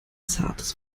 zartes